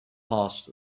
passed